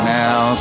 now